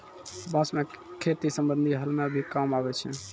बांस सें खेती संबंधी हल म भी काम आवै छै